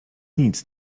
nic